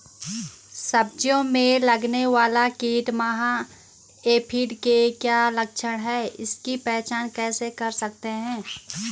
सब्जियों में लगने वाला कीट माह एफिड के क्या लक्षण हैं इसकी पहचान कैसे कर सकते हैं?